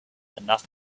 enough